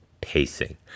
pacing